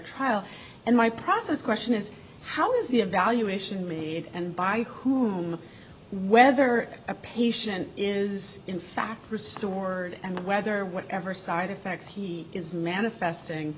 trial and my process question is how is the evaluation read and by whom whether a patient is in fact restored and whether whatever side effects he is manifesting